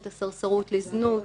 את הסרסרות לזנות,